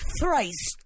thrice